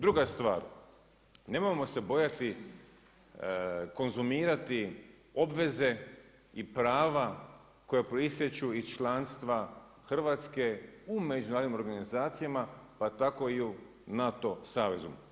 Druga stvar, nemojmo se bojati konzumirati obveze i prava koja proistječu iz članstva Hrvatske u međunarodnim organizacijama pa to i u NATO savezu.